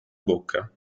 bocca